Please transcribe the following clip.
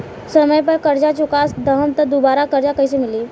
समय पर कर्जा चुका दहम त दुबाराकर्जा कइसे मिली?